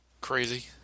crazy